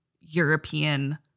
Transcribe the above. European